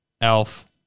Elf